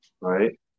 Right